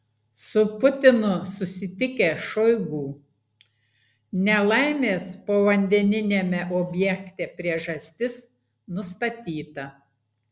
su putinu susitikęs šoigu nelaimės povandeniniame objekte priežastis nustatyta